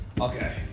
Okay